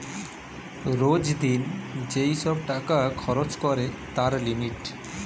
রোজ দিন যেই সব টাকা খরচ করে তার লিমিট